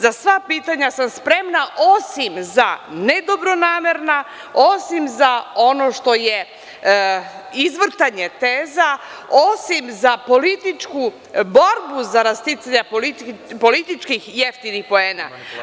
Za sva pitanja sam spremna osim za nedobronamerna, osim za ono što je izvrtanje teza, osim za političku borbu zarad sticanja političkih jeftinih poena.